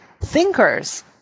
thinkers